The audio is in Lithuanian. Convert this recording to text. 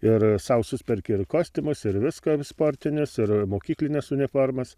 ir sau susperki ir kostiumus ir viską ir sportinius ir mokyklines uniformas